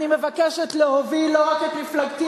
לבי לא מלאני להיכנס הנה ולהצביע עבור החוק הרע הזה,